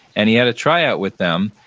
and he had a tryout with them.